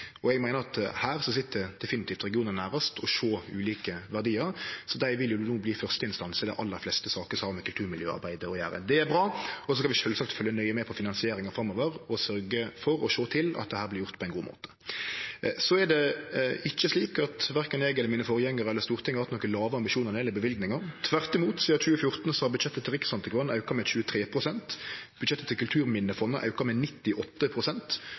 og eg meiner at her sit definitivt regionane nærast i å sjå ulike verdiar, så dei vil no verte fyrsteinstans i dei aller fleste saker som har med kulturmiljøarbeidet å gjere. Det er bra. Så skal vi sjølvsagt følgje nøye med på finansieringa framover og sørgje for å sjå til at dette vert gjort på ein god måte. Verken eg, forgjengarane mine eller Stortinget har hatt låge ambisjonar når det gjeld løyvingar, tvert imot. Sidan 2014 har budsjettet til Riksantikvaren auka med 23 pst., og budsjettet til Kulturminnefondet har auka med